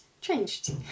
changed